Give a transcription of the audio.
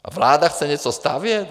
A vláda chce něco stavět?